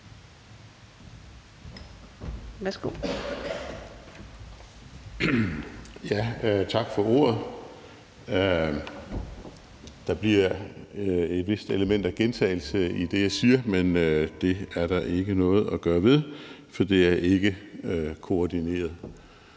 Tak for ordet. Der bliver et vist element af gentagelse i det, jeg siger, men det er der ikke noget at gøre ved, for det er ikke koordineret.